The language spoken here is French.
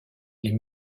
les